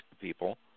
people